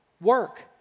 work